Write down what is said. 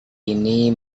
ini